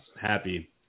happy